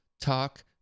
talk